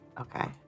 Okay